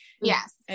yes